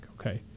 okay